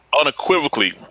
Unequivocally